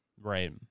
Right